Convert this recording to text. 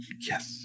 Yes